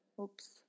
oops